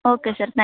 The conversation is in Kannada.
okay sir ತ್ಯಾ